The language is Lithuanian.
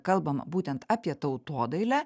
kalbama būtent apie tautodailę